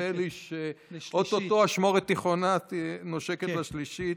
ונדמה לי שאו-טו-טו אשמורת תיכונה נושקת לשלישית.